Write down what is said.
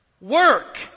Work